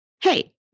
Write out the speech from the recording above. hey